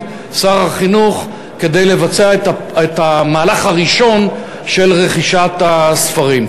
משרד החינוך כדי לבצע את המהלך הראשון של רכישת הספרים.